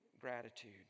gratitude